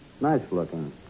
Nice-looking